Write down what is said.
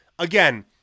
Again